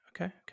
okay